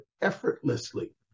effortlessly